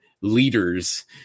leaders